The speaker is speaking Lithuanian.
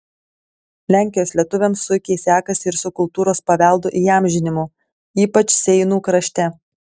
lenkijos lietuviams sunkiai sekasi ir su kultūros paveldo įamžinimu ypač seinų krašte